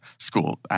school